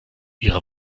ihre